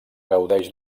gaudeix